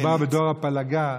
כי מדובר בדור הפלגה,